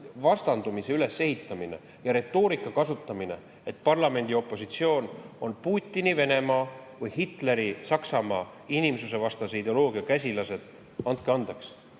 vastandumise ülesehitamine ja sellise retoorika kasutamine, et parlamendi opositsioon on Putini Venemaa või Hitleri Saksamaa inimsusvastase ideoloogia käsilased – andke andeks,